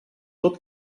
tot